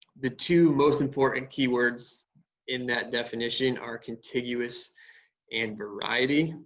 the two most important key words in that definition are contiguous and variety.